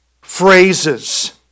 phrases